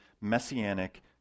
messianic